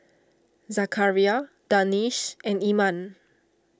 Zakaria Danish and Iman